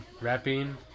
Rapping